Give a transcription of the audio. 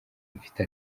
mfite